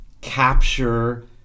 capture